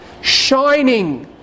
shining